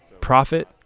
profit